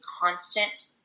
constant